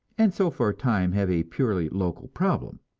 and so for a time have a purely local problem.